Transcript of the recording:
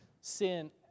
sin